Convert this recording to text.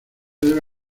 debe